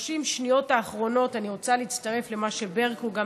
ב-30 השניות האחרונות אני רוצה להצטרף למה שברקו אמרה,